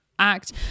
act